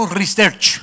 research